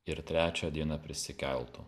ir trečią dieną prisikeltų